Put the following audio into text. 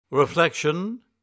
Reflection